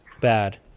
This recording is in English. bad